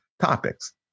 topics